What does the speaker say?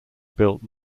built